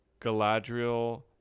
galadriel